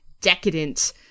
decadent